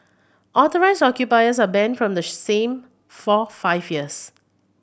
authorised occupiers are banned from the same for five years